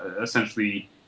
essentially